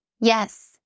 Yes